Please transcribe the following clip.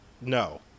No